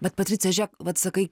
bet patricija žiėk vat sakai